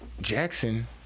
Jackson